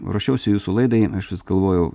ruošiausi jūsų laidai aš vis galvojau